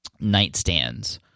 nightstands